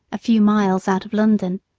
a few miles out of london.